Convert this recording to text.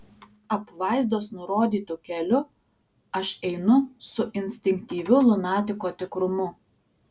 apvaizdos nurodytu keliu aš einu su instinktyviu lunatiko tikrumu